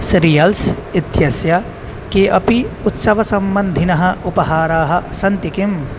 cereals इत्यस्य के अपि उत्सवसम्बन्धिनः उपहाराः सन्ति किम्